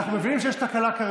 אנחנו מבינים שיש כרגע תקלה,